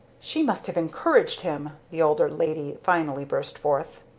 she must have encouraged him! the older lady finally burst forth.